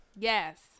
yes